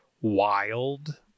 wild